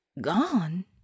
gone